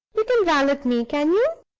you can valet me, can you?